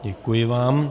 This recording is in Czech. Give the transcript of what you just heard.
Děkuji vám.